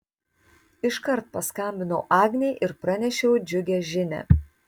iškart paskambinau agnei ir pranešiau džiugią žinią